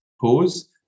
pause